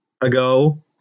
ago